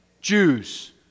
Jews